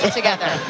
together